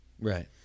right